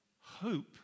Hope